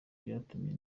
byatumye